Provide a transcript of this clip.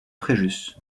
fréjus